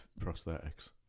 prosthetics